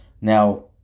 now